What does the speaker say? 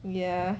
ya